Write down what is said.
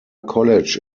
college